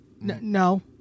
No